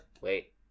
Wait